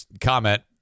comment